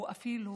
הוא אפילו